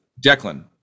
Declan